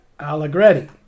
Allegretti